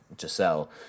Giselle